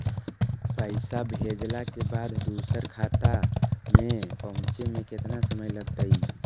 पैसा भेजला के बाद दुसर के खाता में पहुँचे में केतना समय लगतइ?